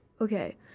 Okay